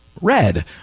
Red